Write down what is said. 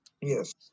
yes